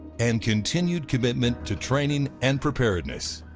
and continued commitment to training and preparedness,